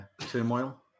turmoil